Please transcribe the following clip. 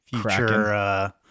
future